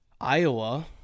Iowa